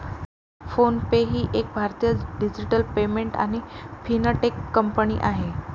phone पे ही एक भारतीय डिजिटल पेमेंट आणि फिनटेक कंपनी आहे